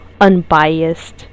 unbiased